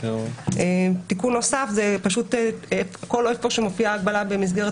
תיקון נוסף זה בכל מקום שמופיעה הגבלה במסגרת